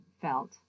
felt